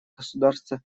государства